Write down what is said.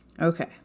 Okay